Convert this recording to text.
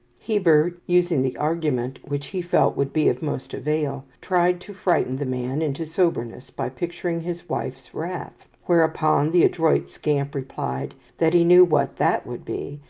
heber, using the argument which he felt would be of most avail, tried to frighten the man into soberness by picturing his wife's wrath whereupon the adroit scamp replied that he knew what that would be,